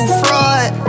fraud